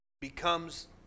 becomes